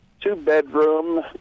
two-bedroom